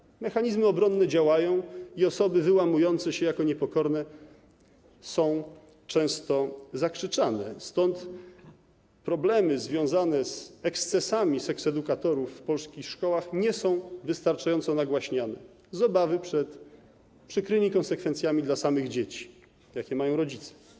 Działają mechanizmy obronne i osoby wyłamujące się jako niepokorne są często zakrzyczane, stąd problemy związane z ekscesami seksedukatorów w polskich szkołach nie są wystarczająco nagłaśniane z obawy przed przykrymi konsekwencjami dla samych dzieci, jakie mają rodzice.